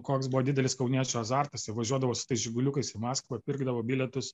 koks buvo didelis kauniečių azartas jie važiuodavo su tais žiguliukais į maskvą pirkdavo bilietus